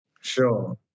Sure